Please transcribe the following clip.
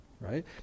right